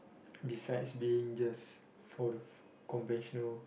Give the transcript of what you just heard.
besides being just for the conventional